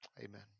Amen